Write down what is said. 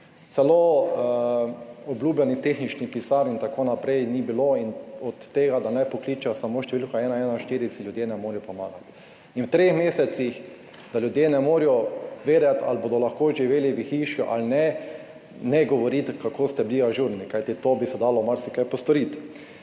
Celo obljubljenih tehničnih pisarn ni bilo in od tega, da naj pokličejo samo številka 114, si ljudje ne morejo pomagati. In da v treh mesecih ljudje ne morejo vedeti, ali bodo lahko živeli v hiši ali ne, ne govoriti, kako ste bili ažurni, kajti tu bi se dalo marsikaj postoriti.